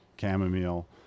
Chamomile